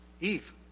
Eve